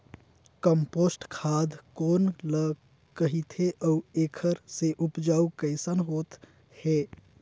Compost खाद कौन ल कहिथे अउ एखर से उपजाऊ कैसन होत हे?